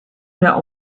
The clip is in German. mehr